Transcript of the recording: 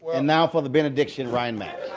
and now for the benediction, ryan mack.